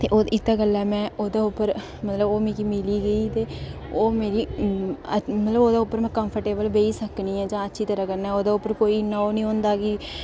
ते इस्सै गल्ला में ओह्दे उप्पर ते मतलब ओह् मिगी मिली ही ते ओह् मिगी मतलब में ओह्दे उप्पर कंफर्टेएबल बेही सकनी आं जां अच्छी तरह कन्नै ओह्दे पर इ'न्ना ओह् निं होंदा कि